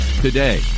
today